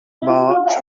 march